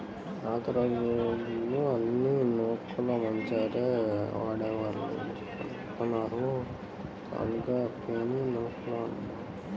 పాతరోజుల్లో అన్నీ నులక మంచాలే వాడేవాళ్ళు, జనపనారను తాళ్ళుగా పేని నులకగా అల్లేవాళ్ళు